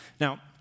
Now